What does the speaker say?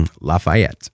Lafayette